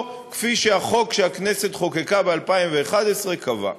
כפי שהחוק שהכנסת חוקקה ב-2011 קבע.